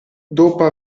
dopo